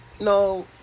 no